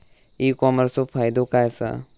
E कॉमर्सचो फायदो काय असा?